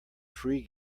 free